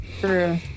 True